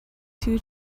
two